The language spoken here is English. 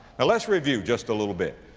ah let's review just a little bit.